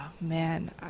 man